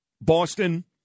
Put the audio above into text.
Boston